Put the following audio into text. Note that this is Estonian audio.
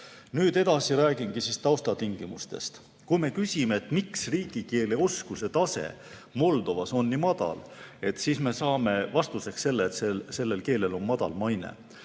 Nüüd edasi räägingi taustatingimustest. Kui me küsime, miks riigikeeleoskuse tase Moldovas on nii madal, siis me saame vastuseks selle, et sellel keelel on madal maine.